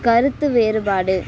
கருத்து வேறுபாடு